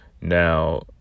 Now